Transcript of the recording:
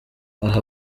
aha